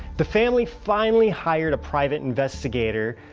the family finally hired a private investigator,